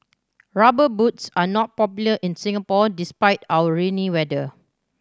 Rubber Boots are not popular in Singapore despite our rainy weather